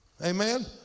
Amen